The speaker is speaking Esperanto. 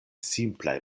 simplaj